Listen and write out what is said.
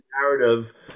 narrative